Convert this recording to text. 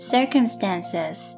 Circumstances